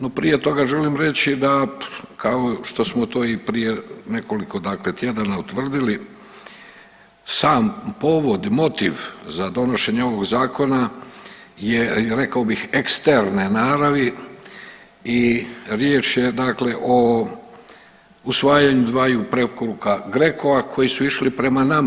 No, prije toga želim reći da kao što smo to i prije nekoliko dakle tjedana utvrdili sam povod, motiv za donošenje ovog zakona je rekao bi eksterne naravi i riječ je dakle o usvajanju dvaju preporuka GRECO-a koji su išli prema nama.